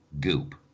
Goop